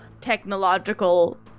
technological